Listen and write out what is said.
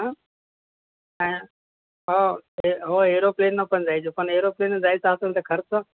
ह हो ए हो एरोप्लेनपण जायचं पण एरोप्लेनने जायचं असेल तर खर्च